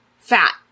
fat